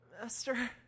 Master